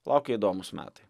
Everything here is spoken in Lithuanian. laukia įdomūs metai